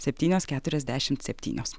septynios keturiasdešimt septynios